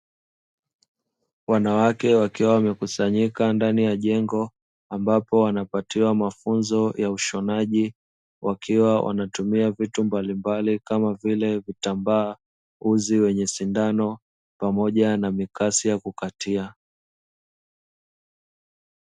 Wanawake wakiwa wamekusanyika ndani ya jengo ambapo wanapatiwa mafunzo ya ushonaji, wakiwa wanatumia vitu mbalimbali kama vile: kitambaa, uzi wenye sindano pamoja na mikasi ya kukatia.